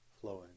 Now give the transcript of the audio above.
flowing